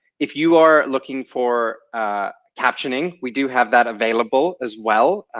if you are looking for captioning, we do have that available as well.